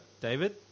david